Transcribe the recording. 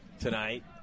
tonight